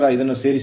ಸೇರಿಸಿದ ನಂತರ 18